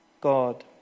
God